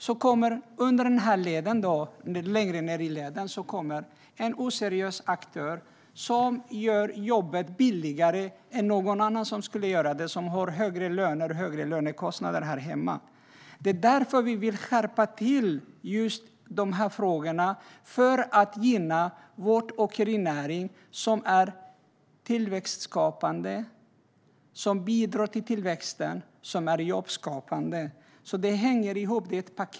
Då kommer en oseriös aktör längre ned i ledet att göra jobbet billigare än någon annan som har högre lönekostnader här hemma. Det är därför vi vill skärpa kraven just när det gäller de här frågorna, för att gynna vår åkerinäring. Åkerinäringen bidrar till tillväxten och är jobbskapande. Det hänger ihop.